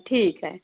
ठीक आहे